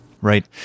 Right